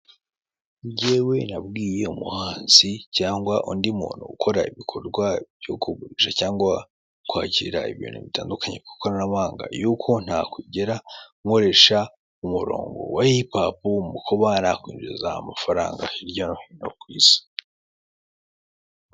Njywewe nabwiye umuhanzi cyangwa undi muntu ukora ibikorwa byo kugurisha cyangwa kwakira ibintu bitandukanye ku ikoranabuhanga yuko ntakwigera nkoresha umuronko wa hipapu mu kuba nakwinjiza amafaranga hirya no hino ku isi.